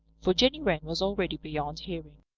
for jenny wren was already beyond hearing.